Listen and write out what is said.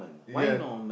yeah